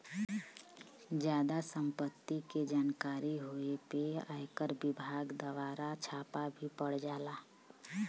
जादा सम्पत्ति के जानकारी होए पे आयकर विभाग दवारा छापा भी पड़ जाला